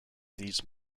these